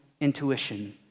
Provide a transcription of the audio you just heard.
intuition